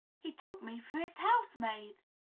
he took me for his housemaid!